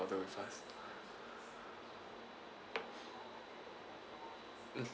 order with us mm